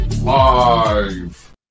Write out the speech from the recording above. live